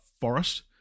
forest